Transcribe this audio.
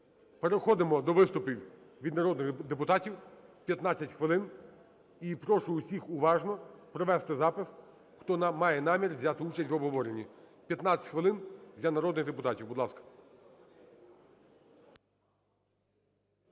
Переходимо до виступів від народних депутатів, 15 хвилин. І прошу всіх уважно провести запис, хто має намір взяти участь в обговорені. 15 хвилин для народних депутатів. Будь ласка.